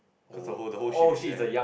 cause the whole the whole ship is there